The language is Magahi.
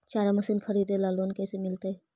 चारा मशिन खरीदे ल लोन कैसे मिलतै?